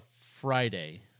Friday